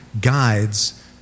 guides